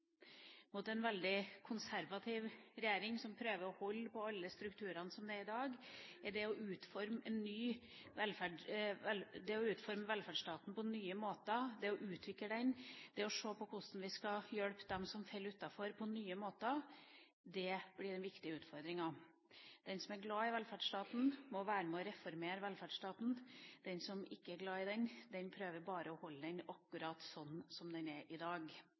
mot en veldig konservativ regjering som prøver å holde på alle strukturene som er i dag. Det å utforme velferdsstaten på nye måter, utvikle den og se på hvordan vi skal hjelpe dem som faller utenfor på nye måter, blir viktige utfordringer. Den som er glad i velferdsstaten, må være med på å reformere den. Den som ikke er glad i velferdsstaten, prøver bare å holde den akkurat slik som den er i dag.